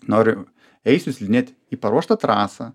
noriu eisiu slidinėt į paruoštą trasą